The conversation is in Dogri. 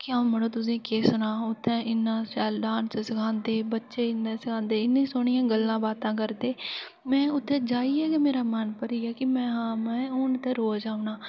के अ'ऊं मड़ो तुसें ई केह् सनां अ'ऊं उत्थै इन्ने शैल डांस सखांदे बच्चें ई इन्ना सखांदे इन्नियां सोह्नियां गल्लां बातां करदे में उत्थै जाइयै गै मेरा मन भरी गेआ में हून रोज औना ते